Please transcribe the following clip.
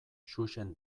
xuxen